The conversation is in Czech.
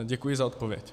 Děkuji za odpověď.